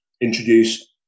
introduce